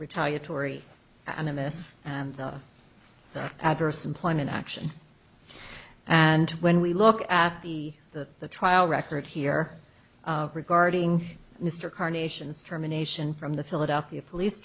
retaliatory animus and the adverse employment action and when we look at the the the trial record here regarding mr carnations terminations from the philadelphia police